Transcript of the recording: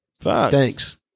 Thanks